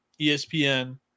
ESPN